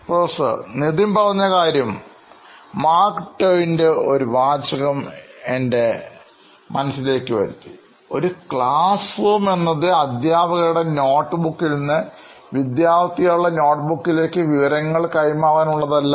professor Nitin പറഞ്ഞ വിവരം Mark ട്വെയിന്റെ ഒരു വാചകം എന്നെ ഓർമ്മപ്പെടുത്തി " ഒരു ക്ലാസ് റൂം എന്നത് അധ്യാപകരുടെ നോട്ട് ബുക്കിൽ നിന്ന് വിദ്യാർഥികളുടെ നോട്ട് ബുക്കിലേക്ക് വിവരങ്ങൾ കൈമാറാൻ ഉള്ളതല്ല